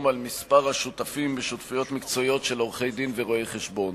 על מספר השותפים בשותפויות מקצועיות של עורכי-דין ורואי-חשבון.